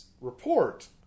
report